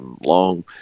long